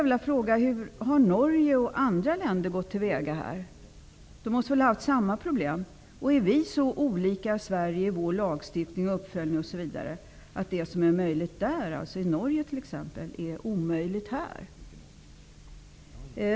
Hur har Norge och andra länder gått till väga? De måste väl ha haft samma problem? Är Sverige så olikt i sin lagstiftning och uppföljning osv. att det som är möjligt i Norge är omöjligt här?